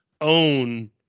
own